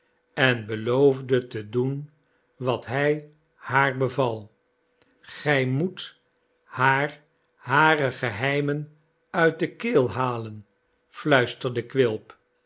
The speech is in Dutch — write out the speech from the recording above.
en beloofde te doen wat hij haar beval gij moet haar hare geheimen uit de keel halen iluisterde quilp